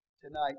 tonight